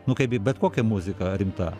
nu kaip i bet kokia muzika rimta